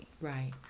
right